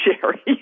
Sherry